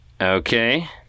Okay